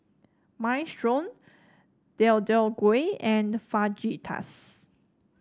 Minestrone Deodeok Gui and Fajitas